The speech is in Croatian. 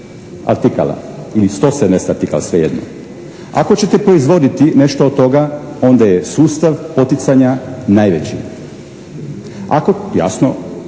ili 170 artikala, svejedno. Ako ćete proizvodi nešto od toga onda je sustav poticanja najveći jasno